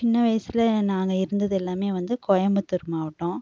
சின்ன வயதில் நாங்கள் இருந்தது எல்லாம் வந்து கோயம்புத்தூர் மாவட்டம்